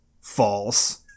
False